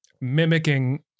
mimicking